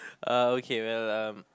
uh okay well um